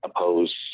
oppose